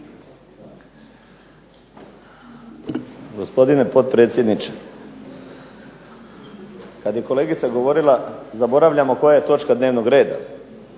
Gospodine potpredsjedniče kad je kolegica govorila zaboravljamo koja je točka dnevnog reda.